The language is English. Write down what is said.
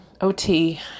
OT